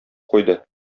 куйды